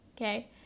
Okay